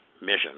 mission